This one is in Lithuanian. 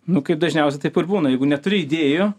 nu kaip dažniausiai taip ir būna jeigu neturi idėjų